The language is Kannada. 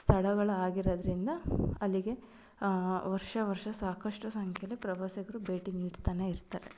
ಸ್ಥಳಗಳು ಆಗಿರೋದ್ರಿಂದ ಅಲ್ಲಿಗೆ ವರ್ಷ ವರ್ಷ ಸಾಕಷ್ಟು ಸಂಖ್ಯೆಯಲ್ಲಿ ಪ್ರವಾಸಿಗರು ಭೇಟಿ ನೀಡ್ತನೇ ಇರ್ತಾರೆ